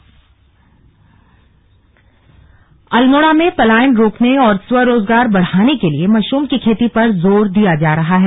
slug mushroom Almora में पलायन रोकने और स्व रोजगार बढ़ाने के लिए मशरूम की खेती पर जोर दिया जा रहा है